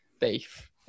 beef